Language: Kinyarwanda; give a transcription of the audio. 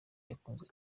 yakunzwe